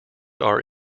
are